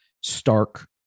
stark